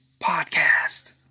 Podcast